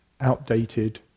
outdated